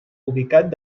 ubicat